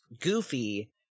Goofy